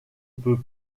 peut